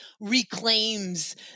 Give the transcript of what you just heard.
reclaims